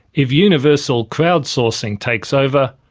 if universal crowdsourcing takes over,